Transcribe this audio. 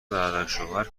برادرشوهر